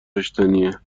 داشتنیه